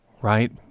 Right